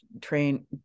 train